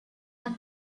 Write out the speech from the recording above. have